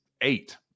eight